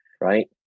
right